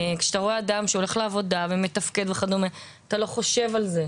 כשאתה רואה אדם שהולך לעבודה ומתפקד וכדומה אתה לא חושב על זה,